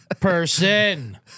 person